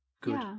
good